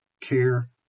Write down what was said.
care